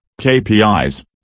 KPIs